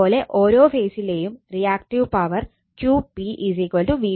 അത്പോലെ ഓരോ ഫേസിലെയും reactive power Qp Vp Ip sin ആണ്